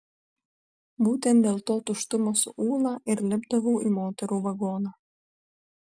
būtent dėl to tuštumo su ūla ir lipdavau į moterų vagoną